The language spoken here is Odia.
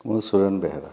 ମୁଁ ସ୍ଵୟଂ ବେହେରା